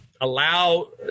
allow